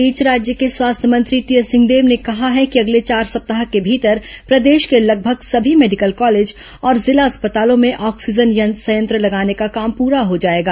इस बीच राज्य के स्वास्थ्य मंत्री टीएस सिंहदेव ने कहा है कि अगले चार सप्ताह के भीतर प्रदेश के लगभग समी मेडिकल कॉलेज और जिला अस्पतालों में ऑक्सीजन संयंत्र लगाने का काम पूरा हो जाएगा